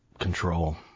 control